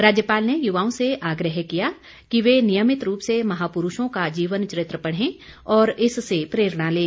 राज्यपाल ने युवाओं से आग्रह किया कि वे नियमित रूप से महापुरूषों का जीवन चरित्र पढ़े और इससे प्रेरणा लें